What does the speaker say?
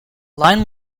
line